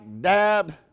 dab